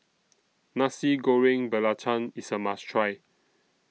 Nasi Goreng Belacan IS A must Try